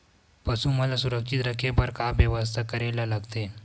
पशु मन ल सुरक्षित रखे बर का बेवस्था करेला लगथे?